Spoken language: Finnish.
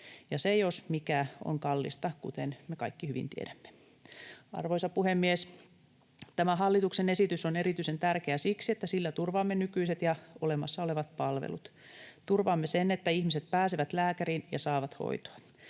ja se jos mikä on kallista, kuten me kaikki hyvin tiedämme. Arvoisa puhemies! Tämä hallituksen esitys on erityisen tärkeä siksi, että sillä turvaamme nykyiset ja olemassa olevat palvelut. Turvaamme sen, että ihmiset pääsevät lääkäriin ja saavat hoitoa.